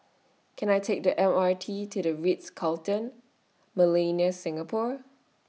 Can I Take The M R T to The Ritz Carlton Millenia Singapore